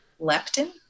leptin